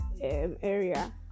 area